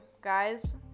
guys